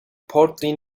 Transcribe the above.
partly